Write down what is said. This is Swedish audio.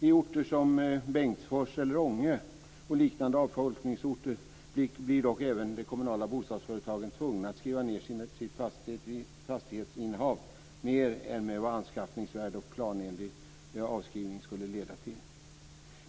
I orter som Bengtsfors, Ånge eller liknande avfolkningsorter blir dock även de kommunala bostadsbolagen tvungna att skriva ned sina fastighetsinnehav mer än vad anskaffningsvärde och planenlig avskrivning skulle leda till.